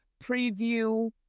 preview